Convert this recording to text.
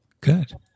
Good